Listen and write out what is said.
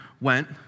went